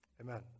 amen